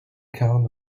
count